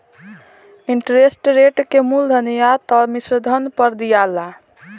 interest rate के मूलधन या त मिश्रधन पर दियाला